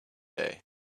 day